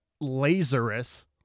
Lazarus